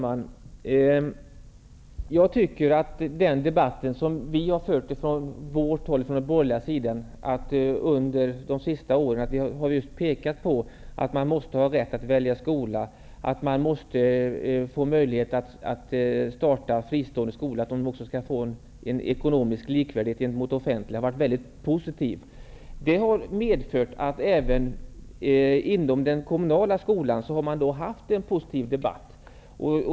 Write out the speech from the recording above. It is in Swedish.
Herr talman! I den debatt som vi från den borgerliga sidan fört under de senaste åren har vi pekat på att man måste ha rätt att välja skola och möjlighet att starta fristående skolor och att dessa skall få med de offentliga skolorna likvärdiga villkor. Detta har medfört att man även inom den kommunala skolan fört en positiv debatt.